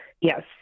Yes